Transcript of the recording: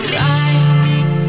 right